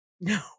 no